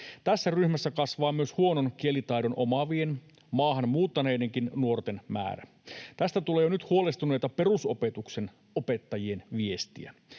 Tässä ryhmässä kasvaa myös huonon kielitaidon omaavien maahan muuttaneidenkin nuorten määrä. Tästä tulee jo nyt huolestuneita perusopetuksen opettajien viestejä.